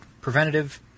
Preventative